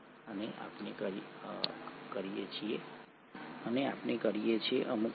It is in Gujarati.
અને આપણે કરીએ છીએ અમુક અંશે